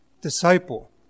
disciple